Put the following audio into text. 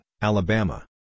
Alabama